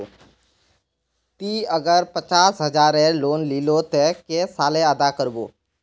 ती अगर पचास हजारेर लोन लिलो ते कै साले अदा कर बो?